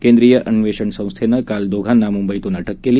केंद्रीय अन्वेषण संस्थेनं काल दोघांना मुंबईतून अटक केली